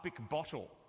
bottle